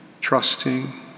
trusting